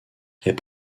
est